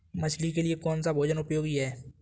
मछली के लिए कौन सा भोजन उपयोगी है?